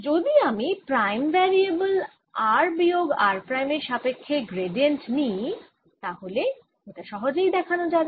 যদি আমি prime variable r বিয়োগ r প্রাইম এর এর সাপেক্ষে গ্র্যাডিয়েন্ট নিই তাহলে এটা সহজেই দেখান যাবে